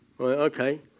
okay